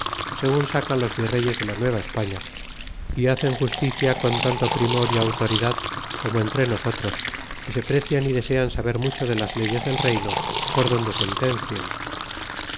segun sacan los vireyes de la nueva españa y hacen justicia con tanto primor y autoridad como entre nosotros y se precian y desean saber mucho de las leyes del reyno por donde sentencien